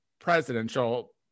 presidential